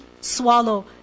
swallow